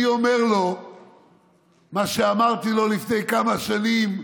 אני אומר לו מה שאמרתי לו לפני כמה שנים,